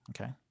Okay